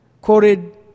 quoted